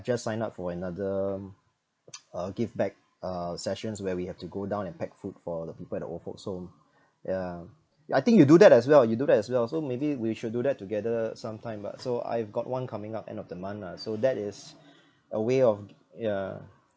just sign up for another uh give back uh sessions where we have to go down and pack food for the people at the old folks home ya I think you do that as well you do that as well so maybe we should do that together sometime but so I've got one coming up end of the month lah so that is a way of yeah